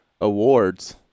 awards